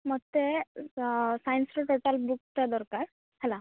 ମୋତେ ସାଇନ୍ସର ଟୋଟାଲ୍ ବୁକ୍ଟା ଦରକାର ହେଲା